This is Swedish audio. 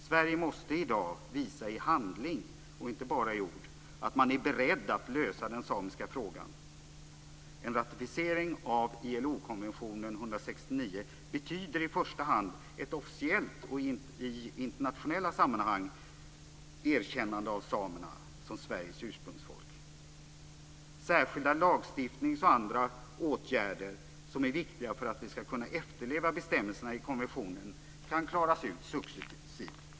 Sverige måste i dag visa i handling, inte bara i ord, att man är beredd att lösa den samiska frågan. En ratificering av ILO-konventionen 169 betyder i första hand ett officiellt erkännande av samerna som Sveriges ursprungsfolk, också i internationella sammanhang. Särskilda lagstiftningsåtgärder och andra åtgärder som är viktiga för att vi ska kunna efterleva bestämmelserna i konventionen kan klaras ut successivt.